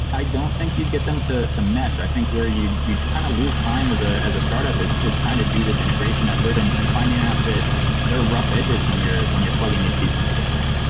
i don't think you'd get them to to mesh. i think where you'd you'd kind of loose time as ah as a startup is is trying to do this integration effort and and finding out that there are rough edges when you're when you're plugging these pieces together.